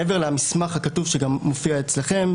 מעבר למסמך הכתוב שגם מופיע אצלכם,